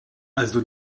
also